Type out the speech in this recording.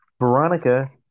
Veronica